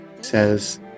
Says